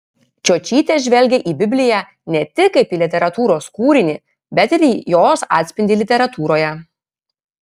čiočytė žvelgia į bibliją ne tik kaip į literatūros kūrinį bet ir į jos atspindį literatūroje